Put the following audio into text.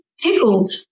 tickled